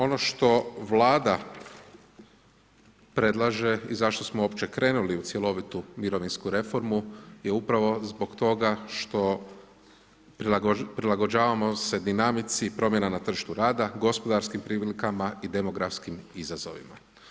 Ono što Vlada predlaže i zašto smo uopće krenuli u cjelovitu mirovinsku reformu je upravo zbog toga što prilagođavamo se dinamici promjena na tržištu rada, gospodarskim prilikama i demografskim izazovima.